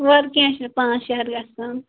وَلہٕ کیٚنٛہہ چھُنہٕ پانٛژ شےٚ ہتھ گَژھِ کم